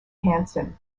hanson